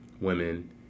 Women